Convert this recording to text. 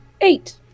eight